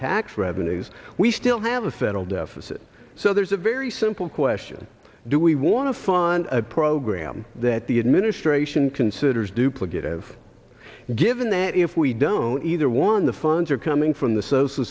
tax revenues we still have a federal deficit so there's a very simple question do we want to find a program that the administration considers duplicative given that if we don't either one the funds are coming from the social